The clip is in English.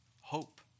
hope